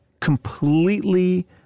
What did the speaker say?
completely